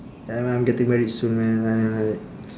ya man I'm getting married soon man I'm like